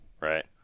right